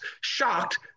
Shocked